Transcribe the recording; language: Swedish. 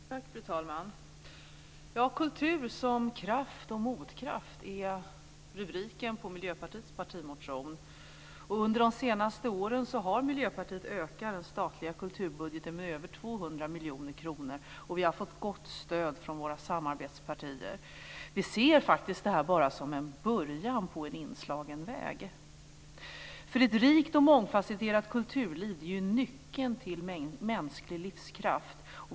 Fru talman! Kultur som kraft och motkraft är rubriken på Miljöpartiets partimotion. Under de senaste åren har Miljöpartiet ökat den statliga kulturbudgeten med över 200 miljoner kronor. Vi har också fått gott stöd från våra samarbetspartier. Vi ser detta bara som en början på en inslagen väg. Ett rikt och mångfasetterat kulturliv är nyckeln till mänsklig livskraft.